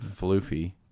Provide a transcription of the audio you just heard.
floofy